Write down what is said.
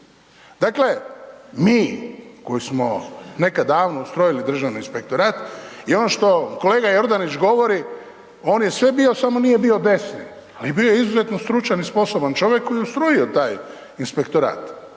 Dakle, mi koji smo nekad davno ustrojili Državni inspektorat je ono što kolega Jordanić govori on je sve bio samo nije bio desno, on je bio izuzetno stručan i sposoban čovjek koji je ustrojio taj inspektorat,